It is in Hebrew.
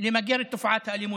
את תופעת הפשיעה.